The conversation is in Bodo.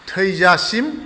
थैजासिम